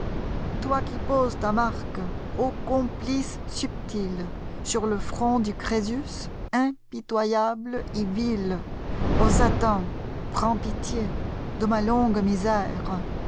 toi qui poses ta marque ô complice subtil sur le front du crésus impitoyable et vi en satin prends pitié de ma longue misère